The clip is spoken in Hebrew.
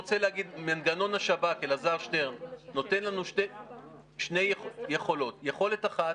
מנגנון השב"כ נותן לנו שתי יכולות, יכולת אחת